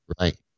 right